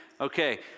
okay